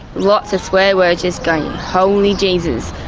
lots of swear words, just going, holy jesus.